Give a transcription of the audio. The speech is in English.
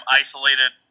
isolated